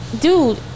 dude